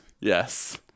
Yes